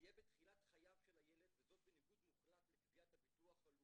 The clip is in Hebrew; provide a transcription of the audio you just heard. תהיה בתחילת חייו של הילד,